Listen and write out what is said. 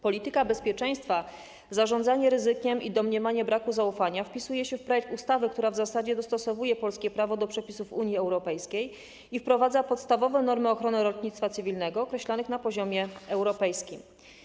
Polityka bezpieczeństwa, zarządzanie ryzykiem i domniemanie braku zaufania wpisuje się w projekt ustawy, która w zasadzie dostosowuje polskie prawo do przepisów Unii Europejskiej i wprowadza podstawowe normy ochrony lotnictwa cywilnego określone na poziomie europejskim.